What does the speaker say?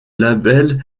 label